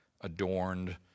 adorned